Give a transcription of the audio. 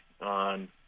on